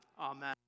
Amen